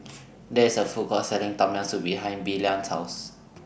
There IS A Food Court Selling Tom Yam Soup behind Blaine's House